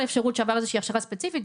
שעבר איזושהי הכשרה ספציפית,